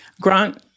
Grant